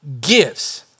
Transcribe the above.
gives